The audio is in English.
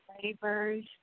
flavors